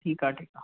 ठीकु आहे ठीकु आहे